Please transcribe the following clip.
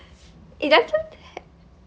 it doesn't